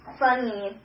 funny